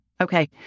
Okay